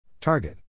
Target